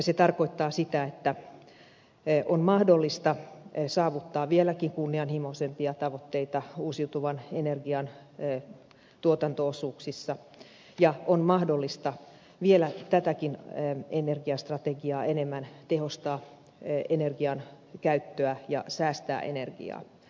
se tarkoittaa sitä että on mahdollista saavuttaa vieläkin kunnianhimoisempia tavoitteita uusiutuvan energian tuotanto osuuksissa ja on mahdollista vielä tätäkin energiastrategiaa enemmän tehostaa energiankäyttöä ja säästää energiaa